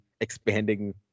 expanding